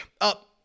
up